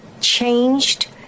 changed